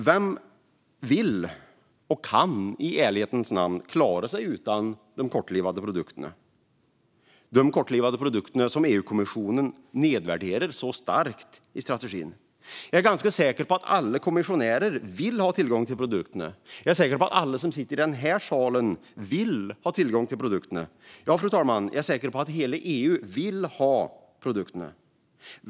Vem vill och kan i ärlighetens namn klara sig utan de kortlivade produkterna, som EU-kommissionen nedvärderar så starkt i strategin? Jag är ganska säker på att alla kommissionärer vill ha tillgång till produkterna. Jag är säker på att alla i den här salen vill ha tillgång till produkterna. Ja, fru talman, jag är säker på att alla i hela EU vill ha produkterna.